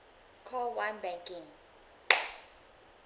call one banking